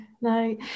no